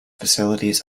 facilities